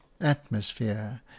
atmosphere